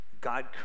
God